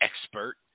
expert